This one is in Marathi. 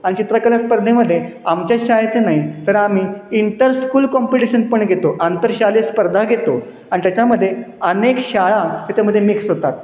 आणि चित्रकला स्पर्धेमध्ये आमच्याच शाळेचे नाही तर आम्ही इंटरस्कूल कॉम्पिटिशन पण घेतो आंतरशालेय स्पर्धा घेतो आणि त्याच्यामध्ये अनेक शाळा त्याच्यामध्ये मिक्स होतात